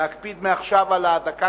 להקפיד מעכשיו על הדקה,